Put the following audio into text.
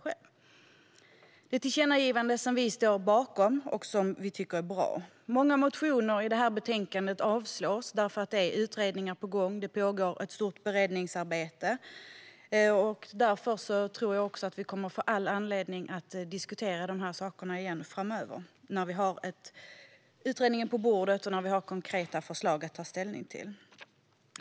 Detta är tillkännagivanden som vi står bakom och tycker är bra. Många motioner i detta betänkande avstyrks eftersom det är utredningar på gång och pågår ett stort beredningsarbete. Därför tror jag att vi kommer att få all anledning att diskutera dessa saker igen framöver när vi har utredningen på bordet och konkreta förslag att ta ställning till.